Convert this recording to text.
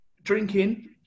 Drinking